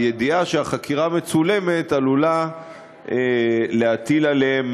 הידיעה שהחקירה מצולמת עלולה להטיל עליהם